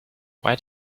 why